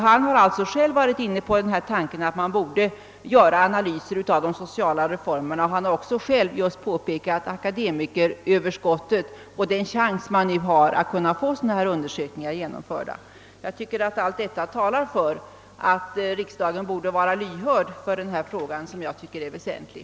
Han har alltså själv varit inne på tanken att man bör göra analyser av de sociala reformerna, och också han har erinrat om akademikeröverskottet och den chans som nu finns att få sådana här undersökningar genomförda. Jag tycker att allt detta talar för att riksdagen bör vara lyhörd för de önskemål som jag framfört i denna fråga, som enligt min mening är så väsentlig.